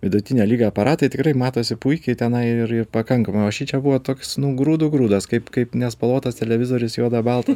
vidutinio lygio aparatai tikrai matosi puikiai tenai ir ir pakankamai o šičia buvo toks nu grūdų grūdas kaip kaip nespalvotas televizorius juoda balta